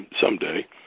someday